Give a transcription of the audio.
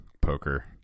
poker